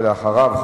ואחריו,